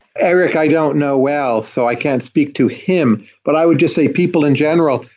eric, i don't know well. so i can speak to him, but i would just say people in general,